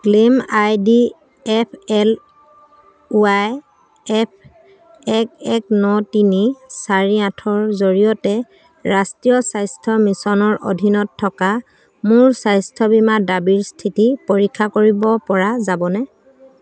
claim I D F L Y F এক এক ন তিনি চাৰি আঠৰ জৰিয়তে ৰাষ্ট্ৰীয় স্বাস্থ্য মিছনৰ অধীনত থকা মোৰ স্বাস্থ্য বীমা দাবীৰ স্থিতি পৰীক্ষা কৰিব পৰা যাবনে